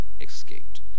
escaped